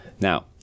Now